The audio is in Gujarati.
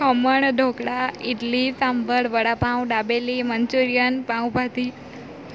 ખમણ ઢોકળાં ઈડલી સાંભાર વડાપાઉં દાબેલી મંચુરિયન પાઉંભાજી